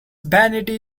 vanity